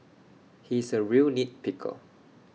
he is A real nit picker